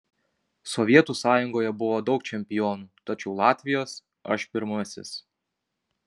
sovietų sąjungoje buvo daug čempionų tačiau latvijos aš pirmasis